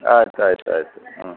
ಆಯ್ತು ಆಯ್ತು ಆಯಿತು ಹ್ಞೂ